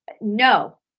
No